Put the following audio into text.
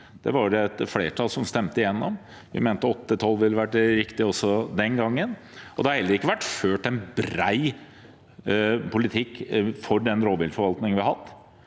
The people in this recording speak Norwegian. det var et flertall som stemte det igjennom. Vi mente åtte–tolv ville vært det riktige også den gangen. Det har heller ikke vært ført en bred politikk for den rovviltforvaltningen vi har hatt.